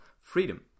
freedom